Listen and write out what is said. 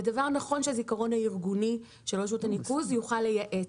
זה דבר נכון שהזיכרון הארגוני של רשות הניקוז יוכל לייעץ.